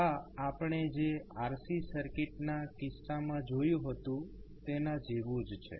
આ આપણે જે RC સર્કિટના કિસ્સામાં જોયું હતું તેના જેવું જ છે